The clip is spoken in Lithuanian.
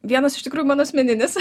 vienas iš tikrųjų mano asmeninis